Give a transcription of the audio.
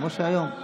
כמו שהיום.